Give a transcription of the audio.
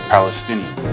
Palestinian